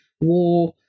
war